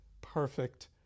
perfect